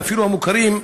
ואפילו המוכרים,